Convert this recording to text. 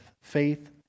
Faith